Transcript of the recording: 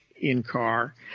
in-car